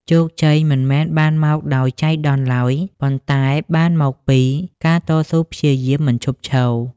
ជោគជ័យមិនមែនបានមកដោយចៃដន្យឡើយ ប៉ុន្តែបានមកពីការតស៊ូព្យាយាមមិនឈប់ឈរ។